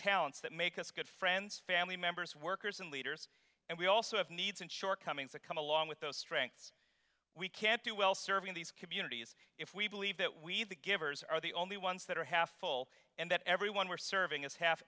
talents that make us good friends family members workers and leaders and we also have needs and shortcomings that come along with those strengths we can't do well serving these communities if we believe that we the givers are the only ones that are half full and that everyone we're serving is half